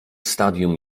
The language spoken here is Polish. stadium